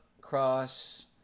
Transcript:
cross